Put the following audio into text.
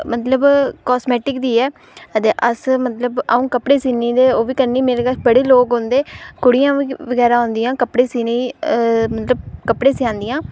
मतलब कास्मैटिक दी ऐ अदे अस मतलब अ'ऊं कपड़े सीनी ते ओह् बी कन्नै ई मेरे बड़े लोग औंदे कुड़ियां बगैरा औंदियां कपड़े सीनें ई मतलब कपड़े सिआंदियां